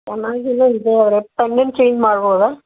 pendant change ಮಾಡ್ಬೋದಾ